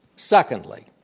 secondly,